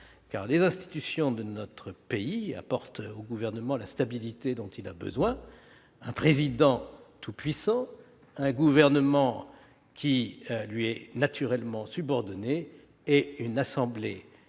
car les institutions de notre pays apportent au Gouvernement la stabilité dont il a besoin : un Président de la République tout-puissant, un gouvernement qui lui est naturellement subordonné et une Assemblée